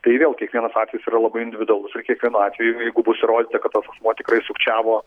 tai vėl kiekvienas atvejis yra labai individualus ir kiekvienu atveju jeigu bus įrodyta kad tas asmuo tikrai sukčiavo